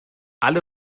alle